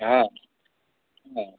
हँ अँ